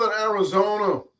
Arizona